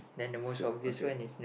s~ okay